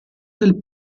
del